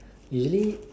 it really